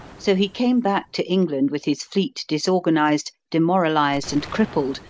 so he came back to england with his fleet disorganized, demoralized, and crippled,